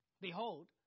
Behold